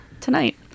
tonight